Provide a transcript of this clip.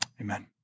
Amen